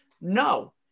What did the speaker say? no